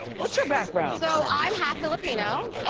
what's your background? so i'm half filipino